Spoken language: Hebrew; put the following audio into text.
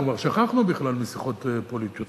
כבר שכחנו בכלל משיחות פוליטיות.